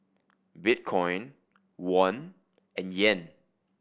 Bitcoin Won and Yen